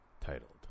titled